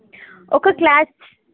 ఒక క్లాస్